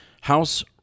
house